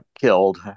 killed